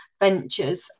ventures